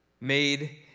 Made